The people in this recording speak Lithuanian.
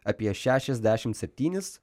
apie šešiasdešimt septynis